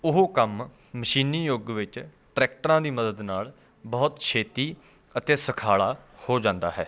ਉਹ ਕੰਮ ਮਸ਼ੀਨੀ ਯੁੱਗ ਵਿੱਚ ਟਰੈਕਟਰਾਂ ਦੀ ਮਦਦ ਨਾਲ ਬਹੁਤ ਛੇਤੀ ਅਤੇ ਸੁਖਾਲਾ ਹੋ ਜਾਂਦਾ ਹੈ